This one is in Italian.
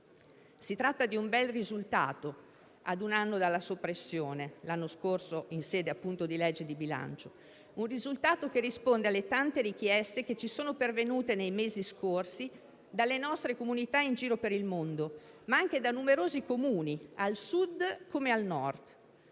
Si tratta di un bel risultato ad un anno dalla sua soppressione in sede di legge di bilancio. È un risultato che risponde alle tante richieste che ci sono pervenute nei mesi scorsi dalle nostre comunità in giro per il mondo, ma anche da numerosi Comuni, al Sud come al Nord.